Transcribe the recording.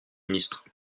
ministre